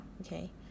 okay